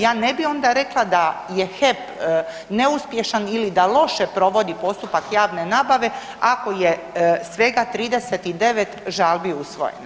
Ja ne bi onda rekla da je HEP neuspješan ili da loše provodi postupak javne nabave ako je svega 39 žalbi usvojeno.